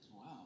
Wow